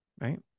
right